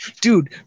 Dude